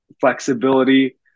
flexibility